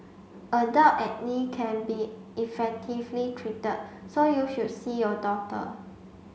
adult acne can be effectively treated so you should see your doctor